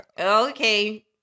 Okay